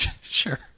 Sure